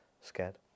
scared